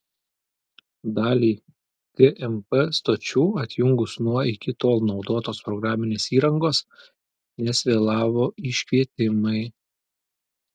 dalį gmp stočių atjungus nuo iki tol naudotos programinės įrangos nes vėlavo iškvietimai